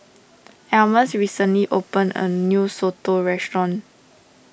Almus recently open a new Soto restaurant